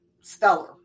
stellar